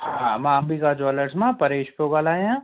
हा मां अंबिका ज्वेलर्स मां परेश पियो ॻाल्हायां